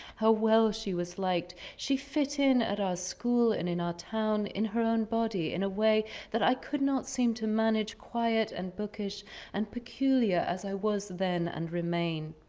how well she was liked. she fit in at our school and in our town, in her own body, in a way that i could not seem to manage, quiet and bookish and peculiar as i was then and remain.